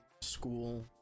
school